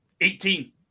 eighteen